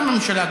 גם הממשלה,